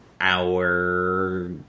hour